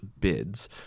bids